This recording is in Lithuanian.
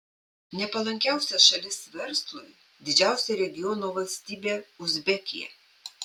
nepalankiausia šalis verslui didžiausia regiono valstybė uzbekija